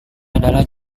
adalah